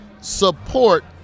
support